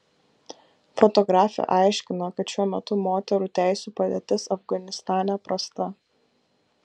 fotografė aiškina kad šiuo metu moterų teisių padėtis afganistane prasta